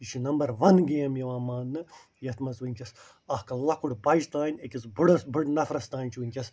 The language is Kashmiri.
یہِ چھِ نمبر ون گیم یِوان ماننہٕ یَتھ منٛز وُنٛکیٚس اَکھ لۄکُٹ بچہٕ تانۍ أکِس بٕڑس بٕڑٕ نفرس تانۍ چھُ وُنٛکیٚس